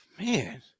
Man